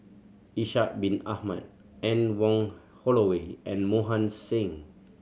Ishak Bin Ahmad Anne Wong Holloway and Mohan Singh